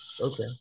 Okay